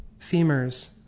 femurs